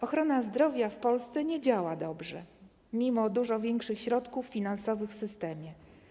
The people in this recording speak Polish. Ochrona zdrowia w Polsce nie działa dobrze mimo dużo większych środków finansowych w systemie.